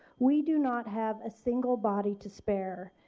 we do not have a single body to spare.